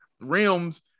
rims